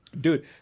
dude